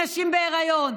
מנשים בהיריון.